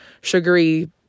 sugary